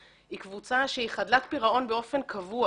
היא קבוצה שהיא חדלת פירעון באופן קבוע.